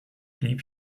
blieb